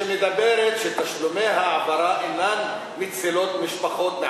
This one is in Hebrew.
שאומרת שתשלומי ההעברה אינם מצילים משפחות,